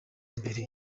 mbere